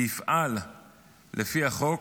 ויפעל לפי החוק